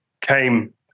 came